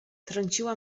trąciła